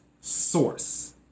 source